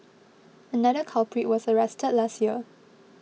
another culprit was arrested last year